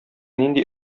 нинди